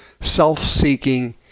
self-seeking